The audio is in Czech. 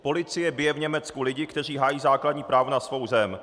Policie bije v Německu lidi, kteří hájí základní právo na svou zem.